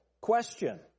question